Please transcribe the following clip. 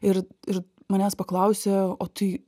ir ir manęs paklausė o tai